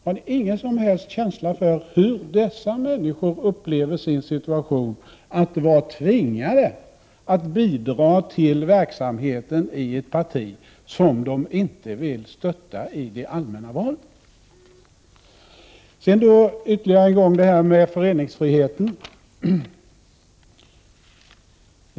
Har ni ingen som helst känsla för hur dessa människor upplever sin situation att vara tvingade att bidra till verksamheten i ett parti som de inte vill stötta i de allmänna valen? Så ytterligare en gång till föreningsfriheten.